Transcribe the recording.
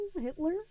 hitler